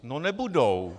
No nebudou.